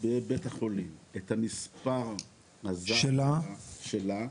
בבית החולים את המספר הזר שלה,